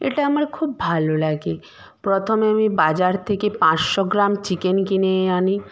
এটা আমার খুব ভালো লাগে প্রথমে আমি বাজার থেকে পাঁচশো গ্রাম চিকেন কিনে এ আনি